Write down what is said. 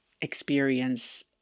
experience